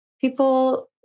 people